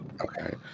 Okay